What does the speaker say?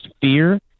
fear